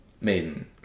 Maiden